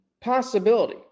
possibility